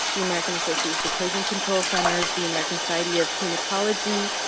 the american association of poison control centers, the american society of hematology,